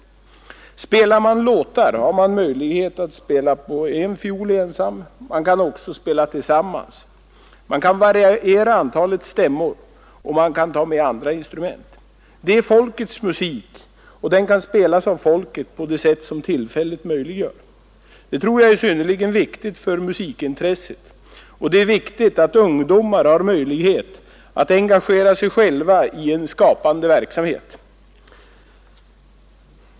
Spelar man låtar har man möjlighet att spela på en fiol ensam, men man kan också spela tillsammans, man kan variera antalet stämmor, och man kan även ta med andra instrument. Det är en folkets musik, och den kan spelas av folket på det sätt som tillfället möjliggör. Det tror jag är synnerligen viktigt för musikintresset, och det är viktigt att ungdomar har möjlighet att engagera sig själva i en skapande verksamhet.